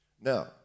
Now